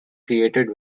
created